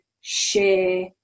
share